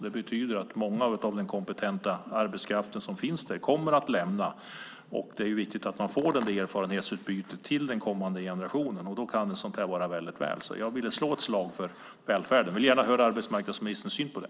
Det betyder att mycket av den kompetenta arbetskraft som finns kommer att lämna myndigheten. Det är viktigt att man får det där erfarenhetsutbytet till den kommande generationen. Då kan sådant här vara väldigt bra. Jag vill slå ett slag för välfärden. Jag vill gärna höra arbetsmarknadsministerns syn på det.